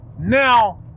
now